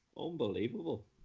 unbelievable